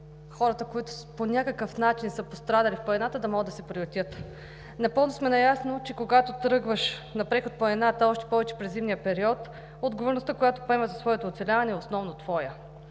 хората, които по някакъв начин са пострадали в планината, да могат да се приютят. Напълно сме наясно, че когато тръгваш на преход в планината, още повече през зимния период, отговорността, която поемаш за своето оцеляване, е основно твоя.